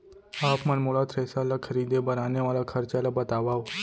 आप मन मोला थ्रेसर ल खरीदे बर आने वाला खरचा ल बतावव?